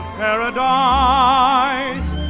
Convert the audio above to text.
paradise